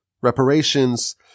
reparations